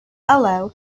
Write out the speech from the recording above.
allow